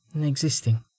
existing